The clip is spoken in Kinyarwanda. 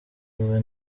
iwe